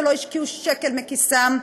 שלא השקיעו שקל מכיסם.